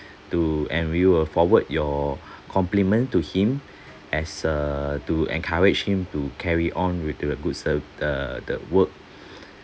to and we will forward your compliment to him as a to encourage him to carry on with the good ser~ the the work